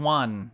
one